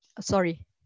Sorry